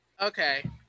Okay